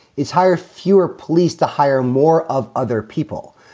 it's higher, fewer police to hire more of other people.